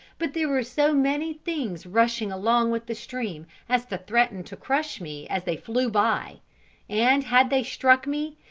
but there were so many things rushing along with the stream as to threaten to crush me as they flew by and had they struck me,